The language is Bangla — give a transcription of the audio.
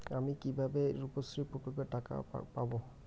আমি কিভাবে রুপশ্রী প্রকল্পের টাকা পাবো?